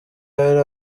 hari